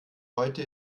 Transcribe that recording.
heute